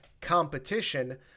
Competition